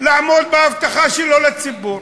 לעמוד בהבטחה שלו לציבור.